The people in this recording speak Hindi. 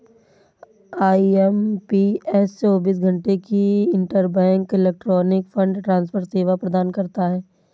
आई.एम.पी.एस चौबीस घंटे की इंटरबैंक इलेक्ट्रॉनिक फंड ट्रांसफर सेवा प्रदान करता है